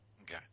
Okay